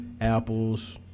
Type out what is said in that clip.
apples